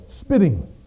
spitting